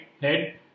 head